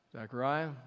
Zechariah